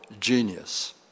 genius